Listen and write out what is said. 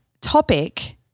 topic